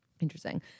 Interesting